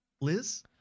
liz